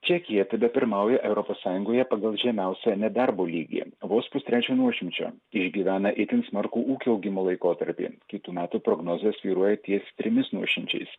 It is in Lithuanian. čekija tebepirmauja europos sąjungoje pagal žemiausią nedarbo lygį vos pustrečio nuošimčio išgyvena itin smarkų ūkio augimo laikotarpį kitų metų prognozės svyruoja ties trimis nuošimčiais